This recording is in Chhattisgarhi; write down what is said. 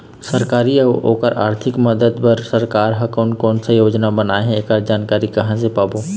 सरकारी अउ ओकर आरथिक मदद बार सरकार हा कोन कौन सा योजना बनाए हे ऐकर जानकारी कहां से पाबो?